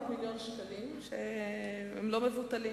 400 מיליון שקלים שהם לא מבוטלים.